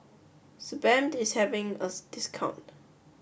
Sebamed is having a discount